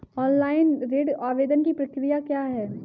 Online ऋण आवेदन की प्रक्रिया क्या है?